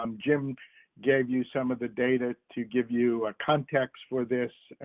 um jim gave you some of the data to give you a context for this.